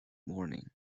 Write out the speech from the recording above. morning